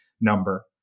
number